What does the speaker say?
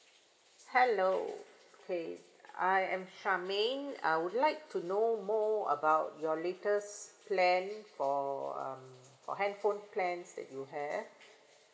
hello okay I am shermaine I would like to know more about your latest plan for um for handphone plans that you have like